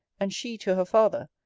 and she to her father,